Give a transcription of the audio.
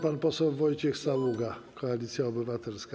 Pan poseł Wojciech Saługa, Koalicja Obywatelska.